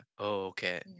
Okay